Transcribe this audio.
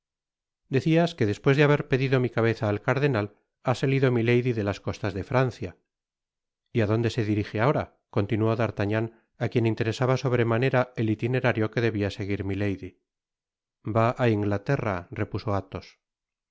decías que despues de haber pedido mi cabeza al cardenal ha salido mi lady de las costas de francia y á dónde se dirije ahora continuó d'artagnan á quien interesaba sobre manera el itinerario que debia seguir milady ba á inglaterra repuso athos